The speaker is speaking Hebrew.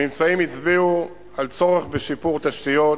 הממצאים הצביעו על צורך בשיפור תשתיות,